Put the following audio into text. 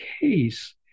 case